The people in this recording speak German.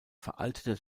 veraltete